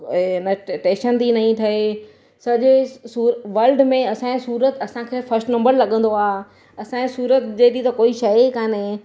ऐं इन टे टेशन थी नई ठए सॼे सू वल्ड में असांजे सूरत असांखे फ़स्ट नम्बर लॻंदो आहे असांजे सूरत जहिड़ी त कोई शइ ई काने